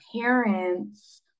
parents